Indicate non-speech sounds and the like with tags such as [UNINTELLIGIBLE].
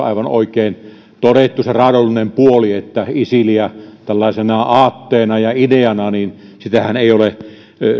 [UNINTELLIGIBLE] aivan oikein todettu se raadollinen puoli isiliä tällaisena aatteena ja ideana ei ole